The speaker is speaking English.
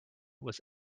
was